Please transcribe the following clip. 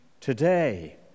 today